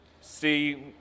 see